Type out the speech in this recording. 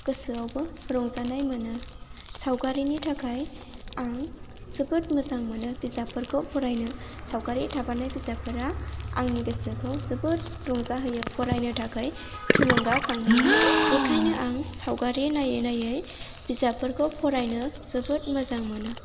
गोसोआवबो रंजानाय मोनो सावगारिनि थाखाय आं जोबोद मोजां मोनो बिजाबफोरखौ फरायनो सावगारि थाबानो बिजाबफोरा आंनि गोसोखौ जोबोद रंजाहोयो फरायनो थाखाय थुलुंगाखां होयो बेखायनो आं सावगारि नायै नायै बिजाबफोरखौ फरायनो जोबोद मोजां मोनो